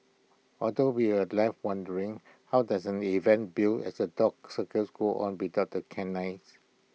although we're left wondering how does an event billed as A dog circus go on without the canines